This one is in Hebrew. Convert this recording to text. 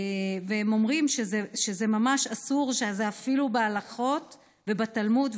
הם אומרים שזה ממש אסור אפילו בהלכות ובתלמוד,